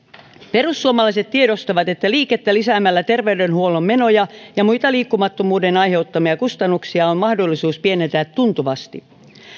perussuomalaiset tiedostavat että liikettä lisäämällä terveydenhuollon menoja ja muita liikkumattomuuden aiheuttamia kustannuksia on mahdollista pienentää tuntuvasti